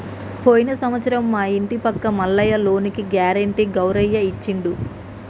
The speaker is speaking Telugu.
పోయిన సంవత్సరం మా ఇంటి పక్క మల్లయ్య లోనుకి గ్యారెంటీ గౌరయ్య ఇచ్చిండు